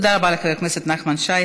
תודה רבה לחבר הכנסת נחמן שי.